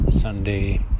Sunday